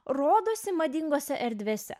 rodosi madingose erdvėse